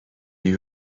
you